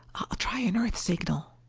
i'll try an earth signal.